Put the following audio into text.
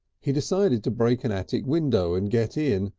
he decided to break an attic window and get in,